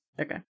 Okay